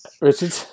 Richard